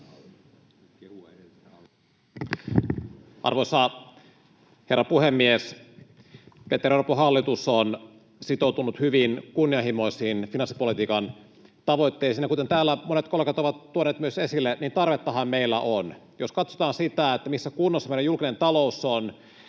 Arvoisa herra puhemies! Petteri Orpon hallitus on sitoutunut hyvin kunnianhimoisiin finanssipolitiikan tavoitteisiin, ja kuten täällä monet kollegat ovat tuoneet myös esille, niin tarvettahan meillä on. Jos katsotaan sitä, missä kunnossa meidän julkinen talous on,